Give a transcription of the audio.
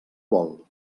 vol